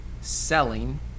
selling